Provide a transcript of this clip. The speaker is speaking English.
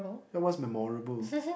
then what's memorable